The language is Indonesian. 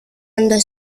anda